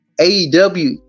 AEW